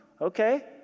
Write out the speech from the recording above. Okay